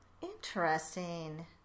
Interesting